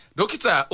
Dokita